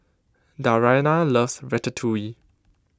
Dariana loves Ratatouille